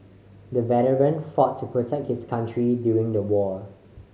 the veteran fought to protect his country during the war